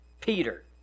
Peter